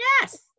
Yes